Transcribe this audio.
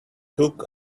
took